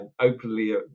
openly